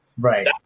Right